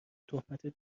تهمت